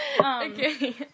Okay